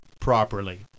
properly